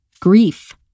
grief